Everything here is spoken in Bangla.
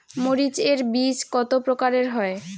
মরিচ এর বীজ কতো প্রকারের হয়?